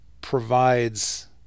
provides